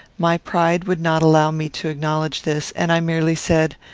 my pride would not allow me to acknowledge this, and i merely said,